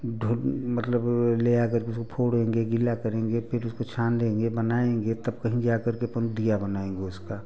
ढु मतलब ले आ कर उसको फोड़ेंगे गीला करेंगे फिर उसको छान देंगे बनाएंगे तब कहीं जा कर के अपन दीया बनाएंगे उसका